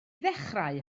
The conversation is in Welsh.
ddechrau